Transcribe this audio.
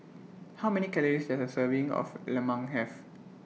How Many Calories Does A Serving of Lemang Have